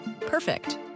Perfect